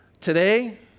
today